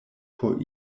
por